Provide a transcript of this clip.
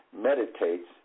meditates